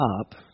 up